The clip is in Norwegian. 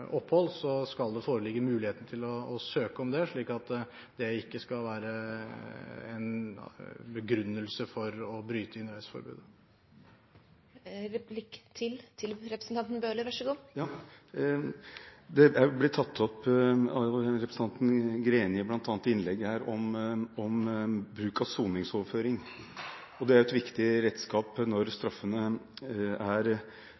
skal det foreligge mulighet til å søke om det, slik at det ikke skal være en begrunnelse for å bryte innreiseforbudet. Bruk av soningsoverføring er blitt tatt opp her, bl.a. av representanten Greni. Det er et viktig redskap når straffene er så lange – det er vel definert av EU at det skal være seks måneder igjen å sone når